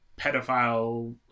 pedophile